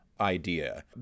Idea